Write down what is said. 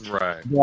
Right